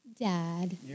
Dad